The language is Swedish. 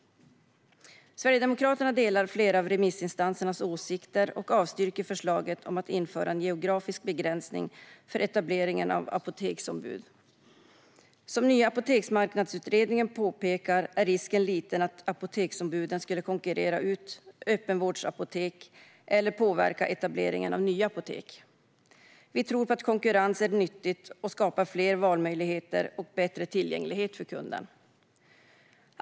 Sverigedemokraterna delar flera av remissinstansernas åsikter och avstyrker förslaget om att införa en geografisk begränsning för etableringen av apoteksombud. Som Nya apoteksmarknadsutredningen påpekar är risken liten att apoteksombuden skulle konkurrera ut öppenvårdsapotek eller påverka etableringen av nya apotek. Vi tror på att konkurrens är nyttigt och skapar fler valmöjligheter och bättre tillgänglighet för kunden.